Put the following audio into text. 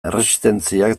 erresistentziak